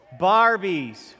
Barbies